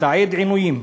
לתעד עינויים.